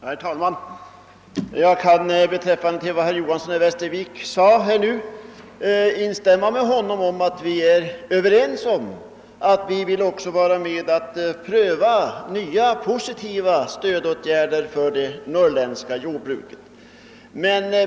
Herr talman! Jag kan instämma i vad herr Johanson i Västervik sade; vi i centern vill också pröva nya, positiva stödåtgärder för det norrländska jordbruket.